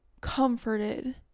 comforted